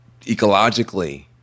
ecologically